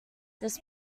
this